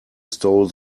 stole